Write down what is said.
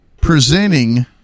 presenting